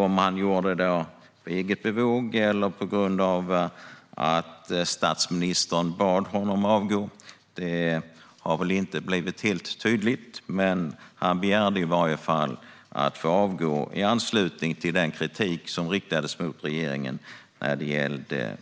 Om han gjorde det på eget bevåg eller på grund av att statsministern bad honom avgå har väl inte blivit helt tydligt. Men han begärde i varje fall att få avgå i anslutning till den kritik som riktades mot regeringen när det gällde